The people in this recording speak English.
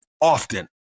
often